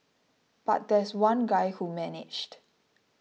but there's one guy who managed